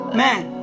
man